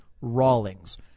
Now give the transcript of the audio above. Rawlings